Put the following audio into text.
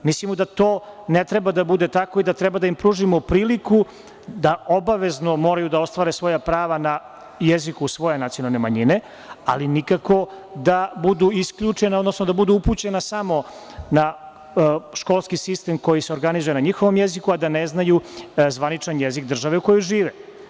Mislimo da to ne treba da bude tako i da treba da im pružimo priliku da obavezno moraju da ostvare svoja prava na jeziku svoje nacionalne manjine, ali nikako da budu isključena, odnosno da budu upućena samo na školski sistem koji se organizuje na njihovom jeziku, a da ne znaju zvaničan jezik države u kojoj žive.